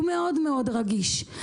הוא מאוד מאוד רגיש,